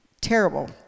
terrible